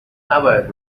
نباید